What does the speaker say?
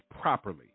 properly